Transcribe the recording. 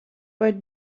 but